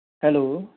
hello